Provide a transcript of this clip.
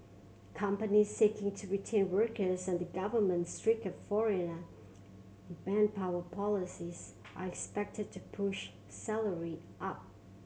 companies seeking to retain workers and the government's stricter foreigner manpower policies are expected to push salary up